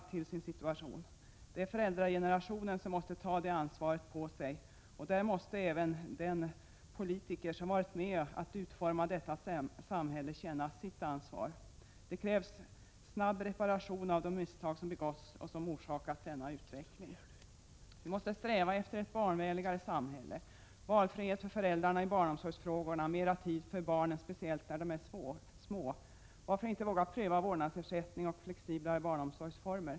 Det är — Prot: 1986/87:33 föräldragenerationen som måste ta ansvaret på sig. Även de politiker som 21 november 1986 varit med om att utforma detta samhälle måste känna sitt ansvar. Det krävs = ana ge nu en snabb reparation av de misstag som begåtts och som orsakat denna utveckling. Vi måste sträva efter ett barnvänligare samhälle med valfrihet för föräldrarna i barnomsorgsfrågorna och mer tid för barnen speciellt när de är små. Varför inte våga pröva vårdnadsersättning och flexiblare barnomsorgsformer?